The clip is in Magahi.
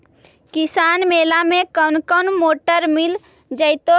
किसान मेला में कोन कोन मोटर मिल जैतै?